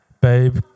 babe